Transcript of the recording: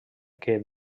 que